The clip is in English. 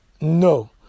No